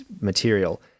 material